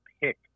pick